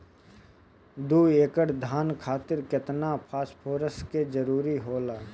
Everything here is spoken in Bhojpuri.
दु एकड़ धान खातिर केतना फास्फोरस के जरूरी होला?